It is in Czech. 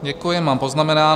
Děkuji, mám poznamenáno.